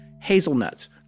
Hazelnuts